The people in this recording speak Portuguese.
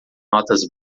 notas